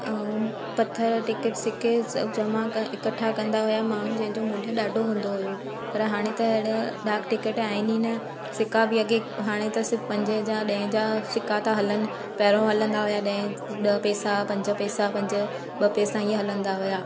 ऐं पथर टिकट्स जेके सभु जमा इकठा कंदा हुया सभु माण्हू जंहिंजो मूल्य ॾाढो हूंदो हुयो पर हाणे त अहिड़ा डाक टिकट आहिनि ई न सिका बि अॻे हाणे त सिर्फ़ु पंजे जा ॾहें जा सिका था हलनि पहिरियों हलंदा हुया ॾहें ॾह पैसा पंज पैसा पंज ॿ पैसा ईअं हलंदा हुया